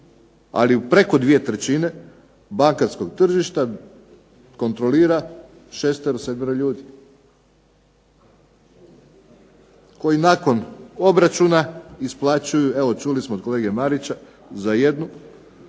ali u preko 2/3 bankarskog tržišta kontrolira šestero, sedmero ljudi koji nakon obračuna isplaćuju, evo čuli smo od kolege Marića, za jednu